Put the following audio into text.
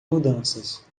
mudanças